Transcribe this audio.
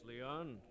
Leon